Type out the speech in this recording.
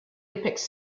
depicts